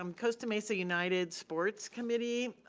um costa mesa united sports committee,